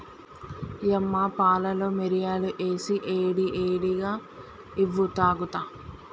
యమ్మ పాలలో మిరియాలు ఏసి ఏడి ఏడిగా ఇవ్వు తాగుత